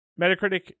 metacritic